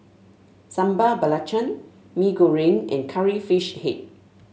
Sambal Belacan Mee Goreng and Curry Fish Head